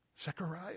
Zechariah